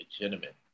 legitimate